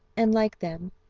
and, like them,